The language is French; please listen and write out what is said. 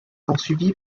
poursuivi